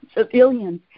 civilians